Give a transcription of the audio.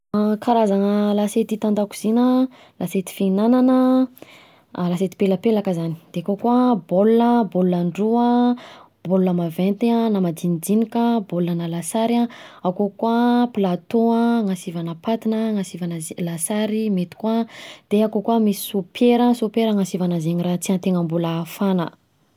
Karazana lasiety hita an-dakozina lasiety fihinanana lasiety pelapelaka zany, de akao koa bol, bol andro maventy na majinininka, bol na lasary akao koa plateau an, anasivana paty na anasivana lasary mety koa, de akao misy sopera, sopera anasivana zegny raha tian-tegna mbola hafana.